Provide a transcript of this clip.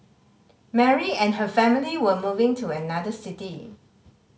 Mary and her family were moving to another city